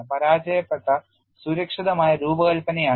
പരാജയപ്പെട്ട സുരക്ഷിതമായ രൂപകൽപ്പനയാണ് ഇത്